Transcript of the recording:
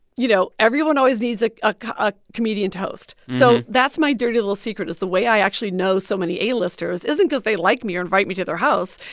you know, everyone always needs a ah ah comedian toast. so that's my dirty little secret, is, the way i actually know so many a-listers isn't cause they like me or invite me to their house.